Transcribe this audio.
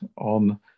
on